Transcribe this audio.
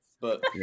But-